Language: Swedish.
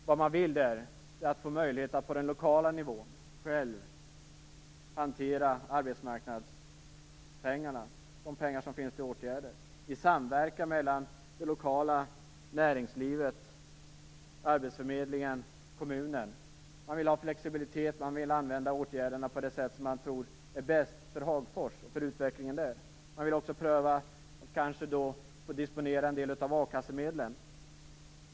Vad man vill där är att få möjlighet att på den lokala nivån själv hantera arbetsmarknadspengarna - de pengar som finns till åtgärder - i samverkan mellan det lokala näringslivet, arbetsförmedlingen och kommunen. Man vill ha flexibilitet. Man vill använda åtgärderna på det sätt som man tror är bäst för Hagfors och för utvecklingen där. Man vill också pröva att disponera en del av a-kassemedlen.